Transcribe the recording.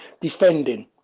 defending